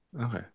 Okay